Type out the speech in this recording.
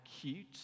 cute